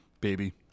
Baby